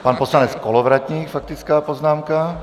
Pan poslanec Kolovratník, faktická poznámka.